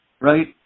right